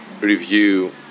review